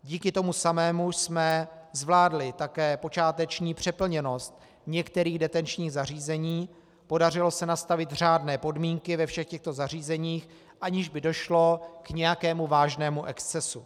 Díky tomu samému jsme zvládli také počáteční přeplněnost některých detenčních zařízení, podařilo se nastavit řádné podmínky ve všech těchto zařízeních, aniž by došlo k nějakému vážnému excesu.